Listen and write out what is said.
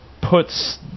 puts